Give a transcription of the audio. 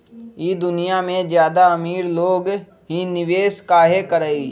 ई दुनिया में ज्यादा अमीर लोग ही निवेस काहे करई?